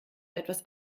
etwas